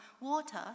Water